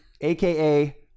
aka